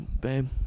babe